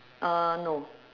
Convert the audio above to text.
uh no